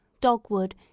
dogwood